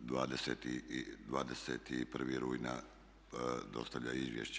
21. rujna dostavlja izvješće.